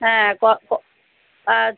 হ্যাঁ ক ক আচ